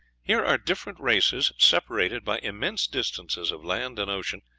here are different races, separated by immense distances of land and ocean,